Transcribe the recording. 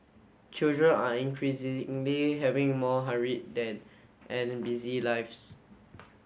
children are increasingly having more hurried then and busy lives